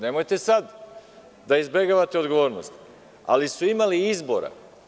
Nemojte sada da izbegavate odgovornost, ali su imali izbora.